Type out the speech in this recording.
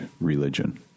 religion